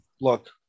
Look